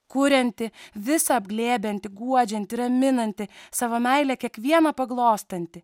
kurianti visa apglėbianti guodžianti raminanti savo meile kiekvieną paglostanti